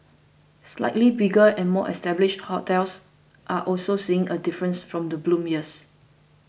slightly bigger and more established hotels are also seeing a difference from the bloom years